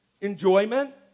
enjoyment